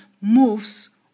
moves